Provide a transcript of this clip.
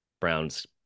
Brown's